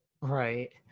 Right